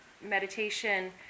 meditation